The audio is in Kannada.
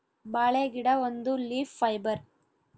ಬಾಳೆ ಗಿಡ ಒಂದು ಲೀಫ್ ಫೈಬರ್